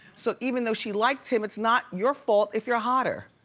so even though she liked him, it's not your fault if you're hotter.